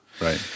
Right